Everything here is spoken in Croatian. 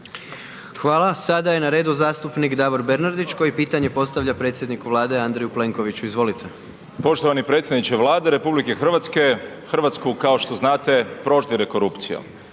(HDZ)** Sada je na redu zastupnik Davor Bernardnić koji pitanje postavlja predsjedniku Vlade Andreju Plenkoviću. Izvolite. **Bernardić, Davor (SDP)** Poštovani predsjedniče Vlade RH, Hrvatsku kao što znate proždire korupcija.